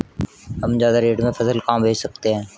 हम ज्यादा रेट में फसल कहाँ बेच सकते हैं?